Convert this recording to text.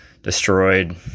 destroyed